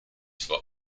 for